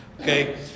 Okay